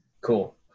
Cool